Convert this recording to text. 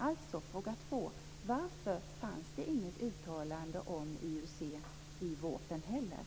Alltså, fråga två: Varför fanns det inget uttalande om IUC i VÅP:en heller?